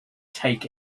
take